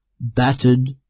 battered